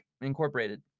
Incorporated